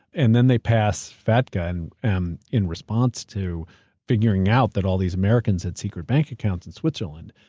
and then they pass fatca and um in response to figuring out that all these americans had secret bank accounts in switzerland,